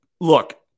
Look